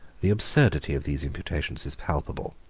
the absurdity of these imputations is palpable.